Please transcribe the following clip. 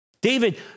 David